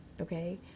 okay